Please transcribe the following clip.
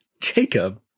Jacob